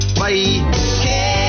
bye